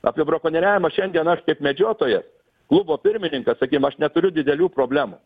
apie brakonieriavimą šiandien aš kaip medžiotojas klubo pirmininkas sakykim aš neturiu didelių problemų